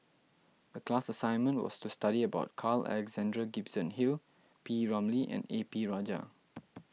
the class assignment was to study about Carl Alexander Gibson Hill P Ramlee and A P Rajah